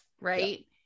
right